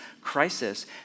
crisis